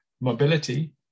mobility